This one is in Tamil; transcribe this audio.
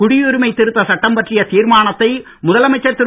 குடியுரிமை திருத்த சட்டம் பற்றிய தீர்மானத்தை முதலமைச்சர் திரு